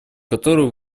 которой